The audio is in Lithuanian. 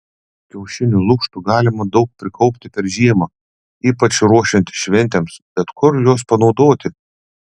kiaušinių lukštų galima daug prikaupti per žiemą ypač ruošiantis šventėms bet kur juos panaudoti